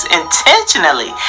intentionally